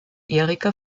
erika